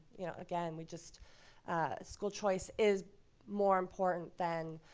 you know, again, we just school choice is more important than